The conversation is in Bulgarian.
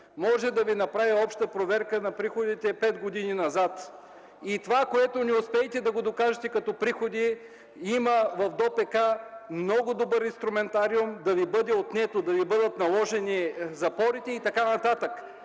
може да Ви направи обща проверка на приходите пет години назад и това, което не успеете да докажете като приходи, има в ДОПК много добър инструментариум да Ви бъде отнето, да Ви бъдат наложени запорите и така нататък.